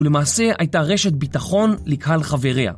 ולמעשה הייתה רשת ביטחון לקהל חבריה.